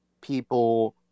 people